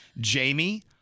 Jamie